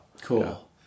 Cool